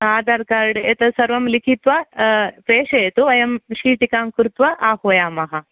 Aadhaar card एतत् सर्वं लिखित्वा प्रेषयतु वयं चिटिकां कृत्वा आह्वयामः